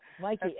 Mikey